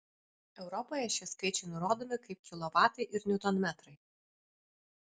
europoje šie skaičiai nurodomi kaip kilovatai ir niutonmetrai